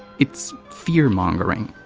it's fearmongering.